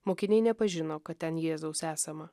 mokiniai nepažino kad ten jėzaus esama